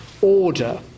order